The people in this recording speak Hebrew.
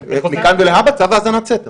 מכאן ולהבא צו האזנת סתר.